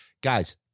Guys